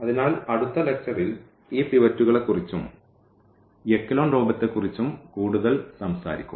അതിനാൽ അടുത്ത ലെക്ച്ചറിൽ ഈ പിവറ്റുകളെക്കുറിച്ചും എക്കലോൺ രൂപത്തെക്കുറിച്ചും കൂടുതൽ സംസാരിക്കും